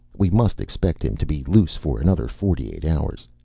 we must expect him to be loose for another forty-eight hours.